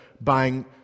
buying